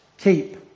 Keep